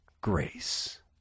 grace